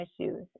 issues